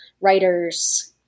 writers